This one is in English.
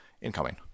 incoming